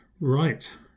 Right